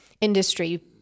industry